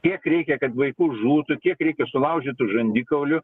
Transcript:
kiek reikia kad vaikų žūtų kiek reikia sulaužytų žandikaulių